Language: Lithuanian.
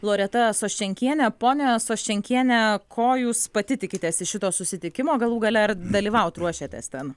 loreta soščenkienė ponia soščenkiene ko jūs pati tikitės iš šito susitikimo galų gale ar dalyvaut ruošiatės ten